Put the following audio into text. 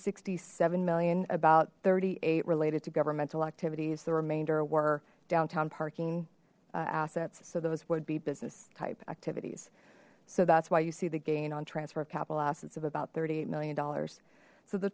sixty seven million about thirty eight related to governmental activities the remainder were downtown parking assets so those would be business type activities so that's why you see the gain on transfer of capital assets of about thirty eight million dollars so the